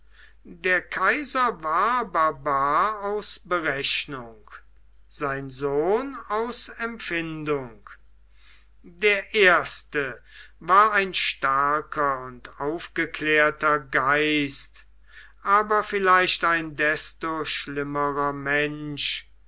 der kaiser war barbar aus berechnung sein sohn aus empfindung der erste war ein starker und aufgeklärter geist aber vielleicht ein desto schlimmerer mensch